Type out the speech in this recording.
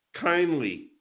kindly